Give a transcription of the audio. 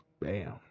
Bam